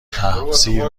تفسیر